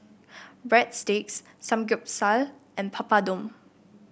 Breadsticks Samgeyopsal and Papadum